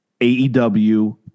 AEW